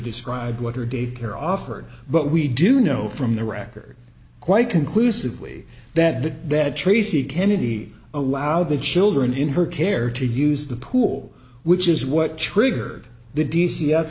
describe what her daycare offered but we do know from the record quite conclusively that the that tracy kennedy allowed the children in her care to use the pool which is what triggered the d c